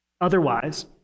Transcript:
Otherwise